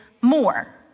more